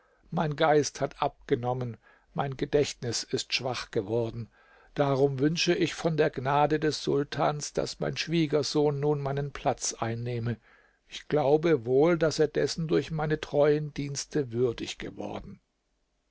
mein geist hat abgenommen mein gedächtnis ist schwach geworden darum wünsche ich von der gnade des sultans daß mein schwiegersohn nun meinen platz einnehme ich glaube wohl daß er dessen durch meine treuen dienste würdig geworden